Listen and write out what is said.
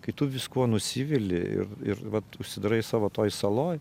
kai tu viskuo nusivili ir ir vat užsidarai savo toj saloj